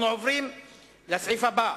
אנחנו עוברים לסעיף הבא,